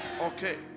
Okay